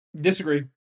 Disagree